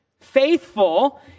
Faithful